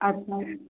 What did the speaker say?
अच्छा